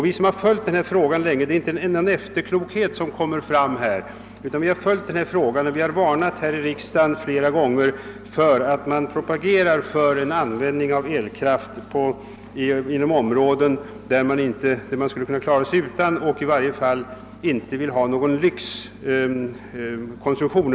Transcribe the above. Vi som länge har följt denna fråga här i riksdagen har flera gånger varnat för att man propagerar för överdriven användning av elkraft, och vill i varje fall inte ha någon lyxkonsumtion.